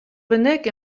bennak